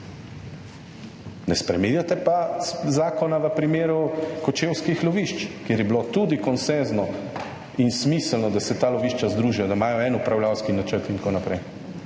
Ne spreminjate pa zakona v primeru kočevskih lovišč, kjer je bilo tudi konsenzno in smiselno, da se ta lovišča združijo, da imajo en upravljavski načrt in tako naprej.